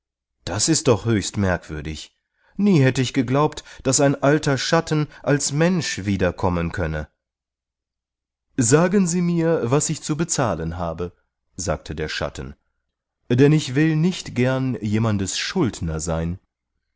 das ist doch höchst merkwürdig nie hätte ich geglaubt daß ein alter schatten als mensch wiederkommen könne sagen sie mir was ich zu bezahlen habe sagte der schatten denn ich will nicht gern jemandes schuldner sein